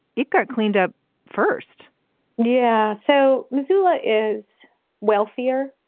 it got cleaned up first yeah. so missoula is wealthier.